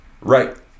right